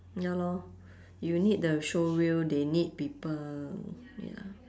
ya lor you need the showreel they need people ya